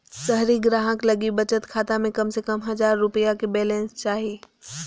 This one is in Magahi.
शहरी ग्राहक लगी बचत खाता में कम से कम हजार रुपया के बैलेंस चाही